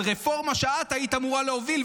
על רפורמה שאת היית אמורה להוביל,